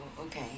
okay